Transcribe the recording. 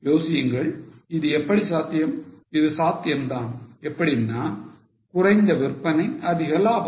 யோசியுங்கள் இது எப்படி சாத்தியம் இது சாத்தியம்தான் எப்படின்னா குறைந்த விற்பனை அதிக லாபம்